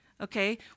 Okay